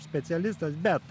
specialistas bet